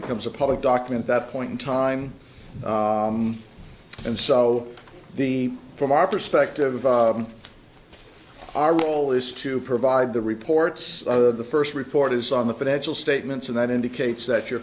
becomes a public document that point in time and so the from our perspective our role is to provide the reports of the first report is on the financial statements and that indicates that your